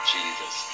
Jesus